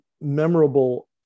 memorable